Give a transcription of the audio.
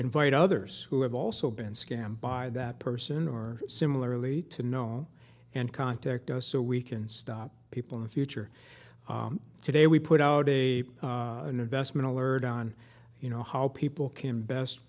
invite others who have also been scammed by that person or similarly to know and contact us so we can stop people in the future today we put out a an investment alert on you know how people can best